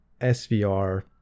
SVR